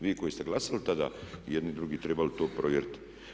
Vi koji se glasali tada, jedni i drugi trebali bi to provjeriti.